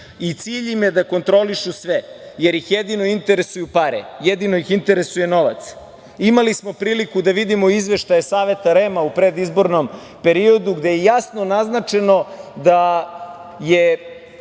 Cilj im je da kontrolišu sve, jer ih jedino interesuju pare, jedino ih interesuje novac. Imali smo priliku da vidimo izveštaje Saveta REM-a u predizbornom periodu, gde je jasno naznačeno da je